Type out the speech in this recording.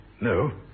No